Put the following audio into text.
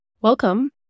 Welcome